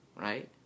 right